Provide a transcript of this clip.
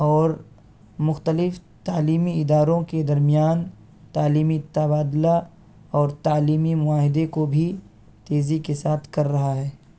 اور مختلف تعلیمی اداروں کے درمیان تعلیمی تبادلہ اور تعلیمی معاہدہ کو بھی تیزی کے ساتھ کر رہا ہے